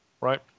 right